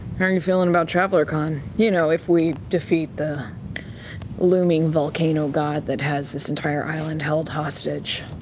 are you feeling about traveler con? you know, if we defeat the looming volcano god that has this entire island held hostage.